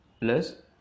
Plus